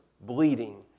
bleeding